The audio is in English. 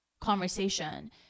conversation